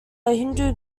hindu